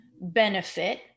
benefit